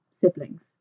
Siblings